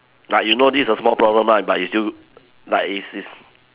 like you know this is a small problem lah but you still like insist